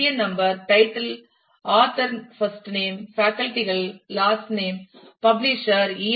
என் number → title author first name faculty கள் last name publisher year